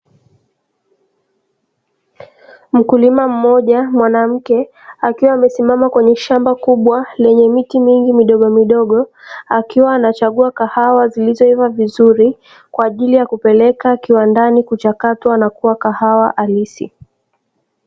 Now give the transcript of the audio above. Mkulima mmoja mwanamke akiwa amesimama kwenye shamba kubwa, lenye miti mingi midogomidogo akiwa anachagua kahawa zilizoiva vizuri, kwa ajili ya kupeleka kiwandani kuchakatwa na kuwa kahawa halisi.